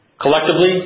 Collectively